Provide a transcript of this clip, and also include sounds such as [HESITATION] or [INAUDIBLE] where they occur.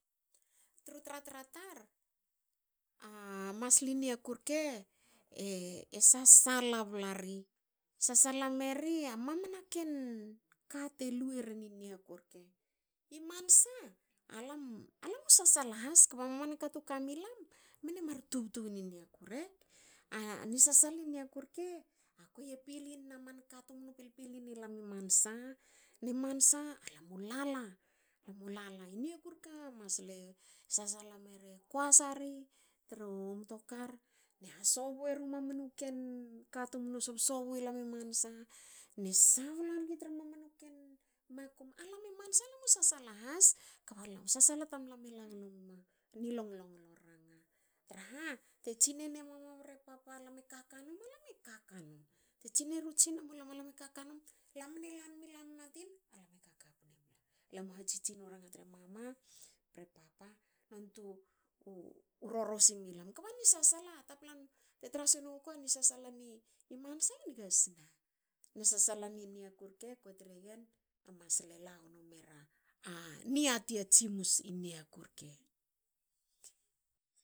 Tru tra tra tar a masli niaku rke e sasala blari. e sasala meri a mamana ken kate lueren i niaku rke. I mansa. alam. alam u sasala has kba mamana ka tu kami lam mne mar tubtu wri niaku rke. A ni sasal i niaku rke a kuei e pilinna manka tumnu pili nilam i mansa. Ni mansa. alam u lala a lam u lala. I niaku rke masle sasala meri e koasa ri tra mtokar ne hasobu era mamana ken ka tumnu hasobu i lam i mansa. Alam u sasala has kba sasala tamlam e lagno menma ni long longlo ranga. Traha te tsine na mama bre papa alam e kaka num. alam e kaka num. Alam e ha tsitsi nu ranga tre mama bre papa nontu ni sasala ni mansa e niga sne na ni sasala i niaku rke kue tregen emas lala lagno mera [HESITATION] niati a tsimus i niaku rke